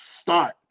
Start